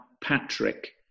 Patrick